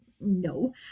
no